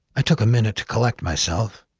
i took a minute to collect myself,